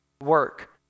work